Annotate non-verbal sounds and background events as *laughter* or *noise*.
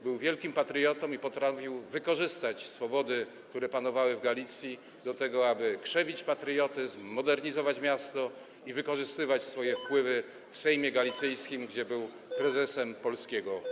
Był wielkim patriotą i potrafił wykorzystać swobody, które panowały w Galicji, do tego, aby krzewić patriotyzm, modernizować miasto i wykorzystywać swoje wpływy w sejmie galicyjskim, *noise* gdzie był prezesem Koła Polskiego.